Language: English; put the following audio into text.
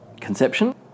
conception